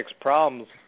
problems